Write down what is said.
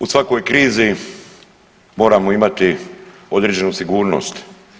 U svakoj krizi moramo imati određenu sigurnost.